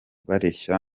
bareshya